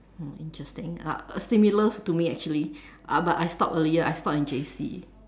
em interesting similar to me actually but I stopped earlier I stopped in J_C